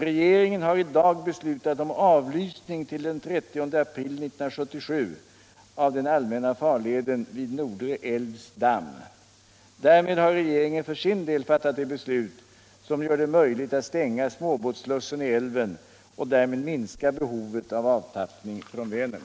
Regeringen har i dag beslutat om avlysning till den 30 april 1977 av den allmänna farleden vid Nordre älvs damm. Därmed har regeringen för sin del fattat det beslut som gör det möjligt att stänga småbåtsslussen i älven och minska behovet av avtappning från Vänern.